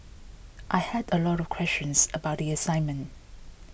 I had a lot of questions about the assignment